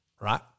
right